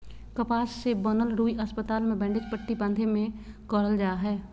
कपास से बनल रुई अस्पताल मे बैंडेज पट्टी बाँधे मे करल जा हय